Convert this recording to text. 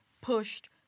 pushed